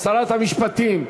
שרת המשפטים.